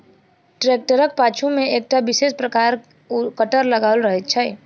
ट्रेक्टरक पाछू मे एकटा विशेष प्रकारक कटर लगाओल रहैत छै